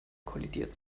kollidiert